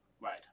Right